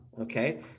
okay